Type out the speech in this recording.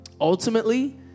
Ultimately